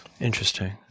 Interesting